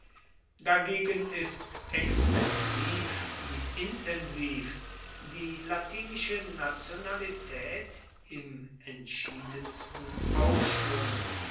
dagegen ist extensiv wie intensiv die latinische nationalität im entschiedensten aufschwung